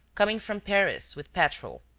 coming from paris, with petrol.